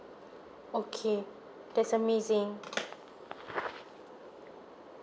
okay that's amazing